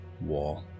wall